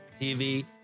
TV